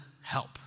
help